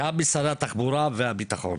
גם משרד התחבורה והביטחון,